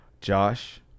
Josh